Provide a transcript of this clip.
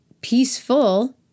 peaceful